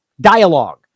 Dialogue